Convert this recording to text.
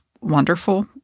wonderful